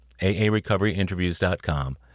aarecoveryinterviews.com